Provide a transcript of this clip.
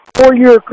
Four-year